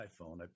iPhone